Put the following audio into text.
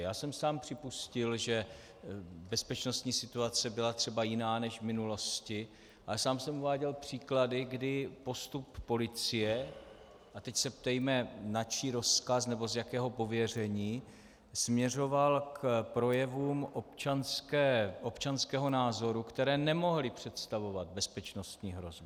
Já jsem sám připustil, že bezpečnostní situace byla třeba jiná než v minulosti, a sám jsem uváděl příklady, kdy postup policie a teď se ptejme, na čí rozkaz nebo z jakého pověření směřoval k projevům občanského názoru, které nemohly představovat bezpečnostní hrozbu.